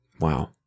Wow